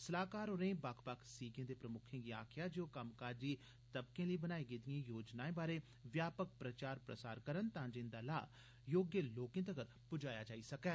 सलाहकार होरें बक्ख बक्ख सीगें दे प्रमुक्खें गी आखेआ जे ओह कम्मकाजी तबकें लेई बनाई गेदी योजनाएं बारै व्यापक प्रचार प्रसार करन तांजे इंदा लाह् योग्य लोकें तगर पुजाया जाई सकै